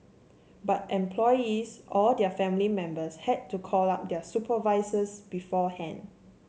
but employees or their family members had to call up their supervisors beforehand